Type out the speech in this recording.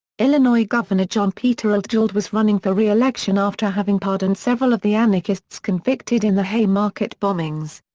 illinois governor john peter altgeld was running for re-election after having pardoned several of the anarchists convicted in the haymarket bombings.